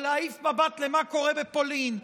או להעיף מבט למה שקורה בפולין,